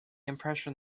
impression